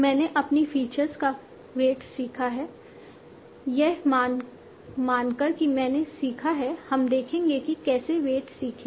मैंने अपनी फीचर्स का वेट्स सीखा है यह मानकर कि मैंने सीखा है हम देखेंगे कि कैसे वेट्स सीखें